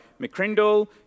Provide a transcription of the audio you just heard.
McCrindle